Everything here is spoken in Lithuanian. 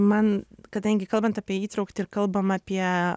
man kadangi kalbant apie įtrauktį ir kalbam apie